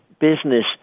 business